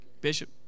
Bishop